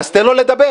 אז תן לו לדבר.